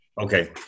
Okay